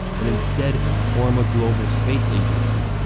and instead form a global space agency.